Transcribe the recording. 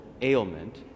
ailment